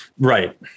Right